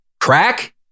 crack